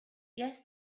yes